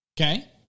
okay